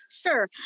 Sure